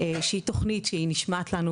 שהיא תוכנית שהיא נשמעת לנו,